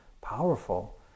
powerful